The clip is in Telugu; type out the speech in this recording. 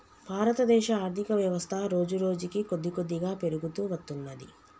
భారతదేశ ఆర్ధికవ్యవస్థ రోజురోజుకీ కొద్దికొద్దిగా పెరుగుతూ వత్తున్నది